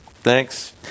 Thanks